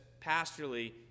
pastorally